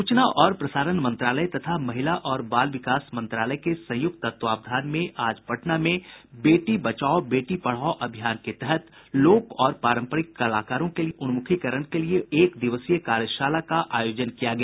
सूचना और प्रसारण मंत्रालय तथा महिला और बाल विकास मंत्रालय के संयुक्त तत्वावधान में आज पटना में बेटी बचाओ बेटी पढ़ाओ अभियान के तहत लोक और पारंपरिक कलाकारों के उन्मुखीकरण के लिये एक दिवसीय कार्यशाला का आयोजन किया गया